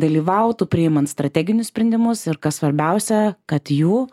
dalyvautų priimant strateginius sprendimus ir kas svarbiausia kad jų